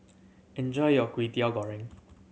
enjoy your Kwetiau Goreng